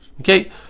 Okay